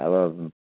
अब